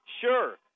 Sure